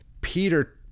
peter